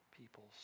peoples